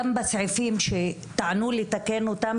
גם את הסעיפים שטענו שצריך לתקן אותם,